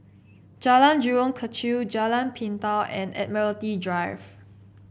Jalan Jurong Kechil Jalan Pintau and Admiralty Drive